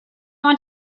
want